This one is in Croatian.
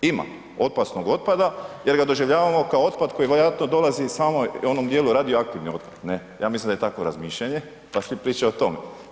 Ima, opasnog otpada jer ga doživljavamo kao otpad koji vjerojatno dolazi smo u onom dijelu radioaktivni otpad, ja mislim da je takvo razmišljanje pa svi pričaju o tome.